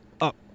up